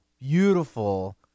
beautiful